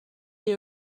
you